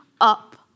up